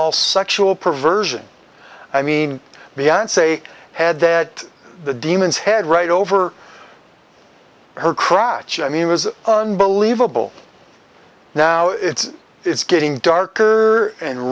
all sexual perversion i mean beyond say had that the demons head right over her crotch i mean it was unbelievable now it's it's getting dark and